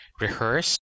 rehearse